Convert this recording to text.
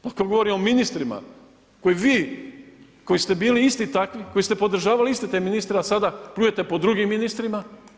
Pa kada govorimo o ministrima kao vi, koji ste bili isti takvi koji ste podržavali iste te ministre a sada pljujete po drugim ministrima.